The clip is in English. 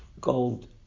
gold